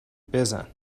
بزن